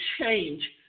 change